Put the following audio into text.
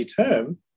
term